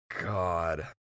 God